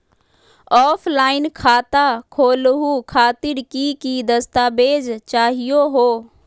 Offline खाता खोलहु खातिर की की दस्तावेज चाहीयो हो?